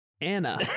Anna